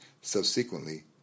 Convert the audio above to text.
Subsequently